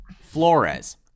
Flores